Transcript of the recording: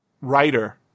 writer